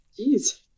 Jeez